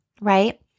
right